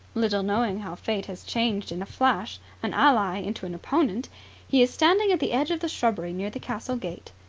little knowing how fate has changed in a flash an ally into an opponent he is standing at the edge of the shrubbery near the castle gate.